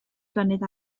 flynedd